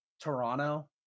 Toronto